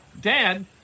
Dad